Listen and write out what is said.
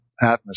atmosphere